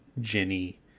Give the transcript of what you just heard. jenny